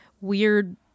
weird